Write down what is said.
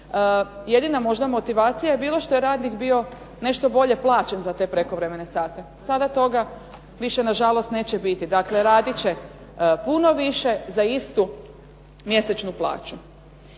Jedina možda motivacija je bilo što je radnik bio nešto bolje plaćen za te prekovremene sate. Sada toga više na žalost neće biti. Dakle, radit će puno više za istu mjesečnu plaću.